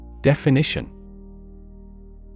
Definition